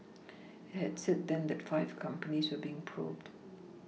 it had said then that five companies were being probed